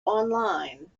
online